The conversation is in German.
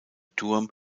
turm